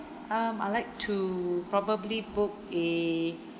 um I'd like to probably book a